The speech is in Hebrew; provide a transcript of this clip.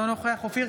אינו נוכח אופיר